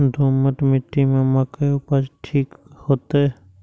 दोमट मिट्टी में मक्के उपज ठीक होते?